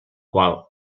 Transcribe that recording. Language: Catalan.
qual